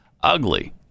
ugly